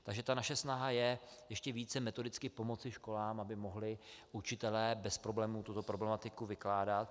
Takže naše snaha je ještě více metodicky pomoci školám, aby mohli učitelé bez problémů tuto problematiku vykládat.